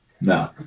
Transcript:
No